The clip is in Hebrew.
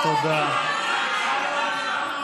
אני לא יכולה לשמוע עוד מילה אחת של הסתה.